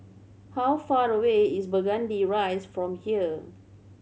how far away is Burgundy Rise from here